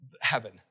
heaven